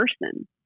person